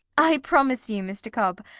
i promise you, mr. cobb,